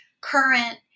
current